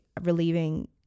relieving